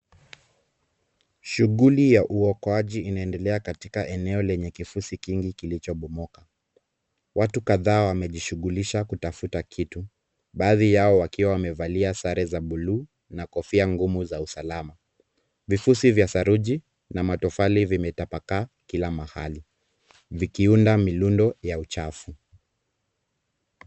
Shughuli ya uokoaji inaendelea katika eneo lenye kifusi kingi kilichobomoka. Watu kadhaa wamejishughulisha kutafuta kitu baadhi yao wakiwa wamevalia sare za bluu na kofia ngumu za usalama. Vifusi vya saruji na matofali vimetapakaa kila mahali vikiunda mirundo ya uchafu.